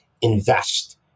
invest